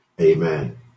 Amen